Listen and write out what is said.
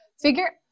figure